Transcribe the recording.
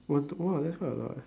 w~ !wah! that's quite a lot